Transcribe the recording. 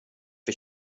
för